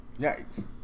Yikes